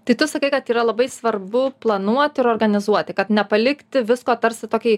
tai tu sakai kad yra labai svarbu planuot ir organizuoti kad nepalikti visko tarsi tokiai